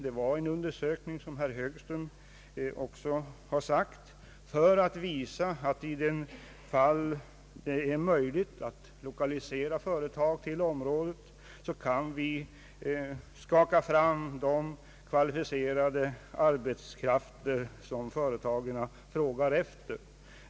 Som herr Högström också har sagt gjordes undersökningen för att visa att i de fall då det är möjligt att lokalisera företag till ett område så kan vi skaka fram den kvalificerade arbetskraft som företagen frågar efter.